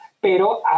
pero